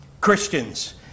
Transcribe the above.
Christians